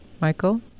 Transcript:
Michael